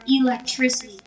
electricity